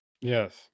Yes